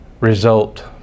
result